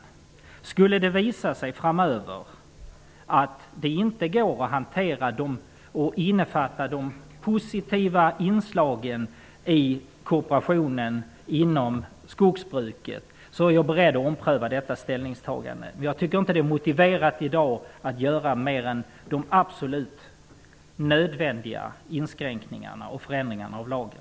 Skulle det visa sig framöver att det inte går att hantera de positiva inslagen i kooperationen inom skogsbruket utan att göra undantag från konkurrenslagstiftningen, är jag beredd att ompröva detta ställningstagande. Men jag tycker inte att det är motiverat att i dag göra mer än de absolut nödvändiga inskränkningarna och förändringarna av lagen.